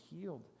healed